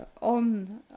on